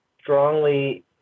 strongly